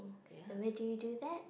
and where do you do that